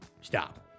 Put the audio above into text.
Stop